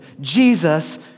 Jesus